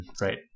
right